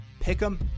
pick'em